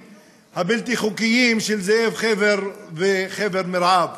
הבלתי-חוקיים של זאב חבר וחבר מרעיו.